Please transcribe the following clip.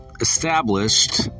established